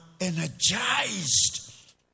energized